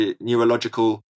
neurological